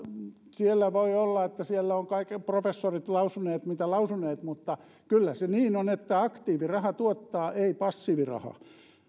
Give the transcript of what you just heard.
voi olla että siellä ovat professorit lausuneet mitä lausuneet mutta kyllä se niin on että aktiiviraha tuottaa ei passiiviraha